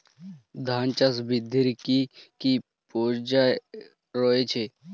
ধান চাষ বৃদ্ধির কী কী পর্যায় রয়েছে?